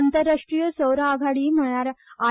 आंतरराष्ट्रीय सौर आघाडी म्हळ्यार आय